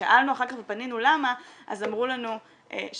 וכששאלנו אחר כך ופנינו למה אז אמרו לנו שצריך